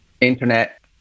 internet